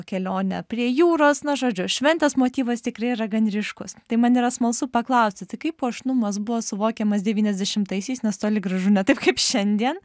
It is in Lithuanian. kelionę prie jūros na žodžiu šventės motyvas tikrai yra gan ryškus tai man yra smalsu paklausti tai kaip puošnumas buvo suvokiamas devyniasdešimtaisiais nes toli gražu ne taip kaip šiandien